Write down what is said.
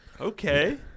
Okay